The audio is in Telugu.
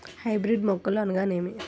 హైబ్రిడ్ మొక్కలు అనగానేమి?